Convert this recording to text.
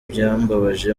byambabaje